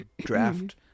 draft